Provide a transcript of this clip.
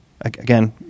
again